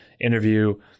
interview